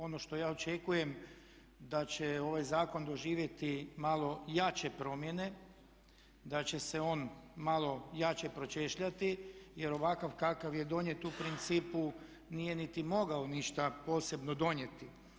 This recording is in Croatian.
Ono što ja očekujem da će ovaj zakon doživjeti malo jače promjene, da će se on malo jače pročešljati jer ovakav kakav je donijet u principu nije niti mogao ništa posebno donijeti.